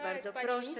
Bardzo proszę.